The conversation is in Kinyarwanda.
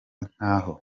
nkaho